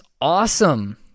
awesome